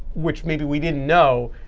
which maybe we didn't know,